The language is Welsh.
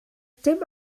dim